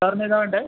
സാറിന് ഏതാണ് വേണ്ടത്